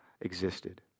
existed